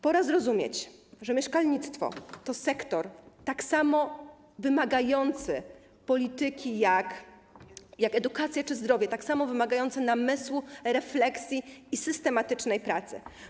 Pora zrozumieć, że mieszkalnictwo to sektor tak samo wymagający polityki jak edukacja czy zdrowie, tak samo wymagający namysłu, refleksji i systematycznej pracy.